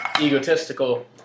egotistical